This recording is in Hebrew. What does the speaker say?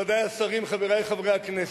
מכובדי השרים, חברי חברי הכנסת,